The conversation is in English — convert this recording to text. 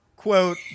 quote